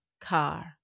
car